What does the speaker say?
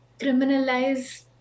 criminalize